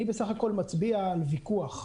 אני בסך הכל מצביע על ויכוח.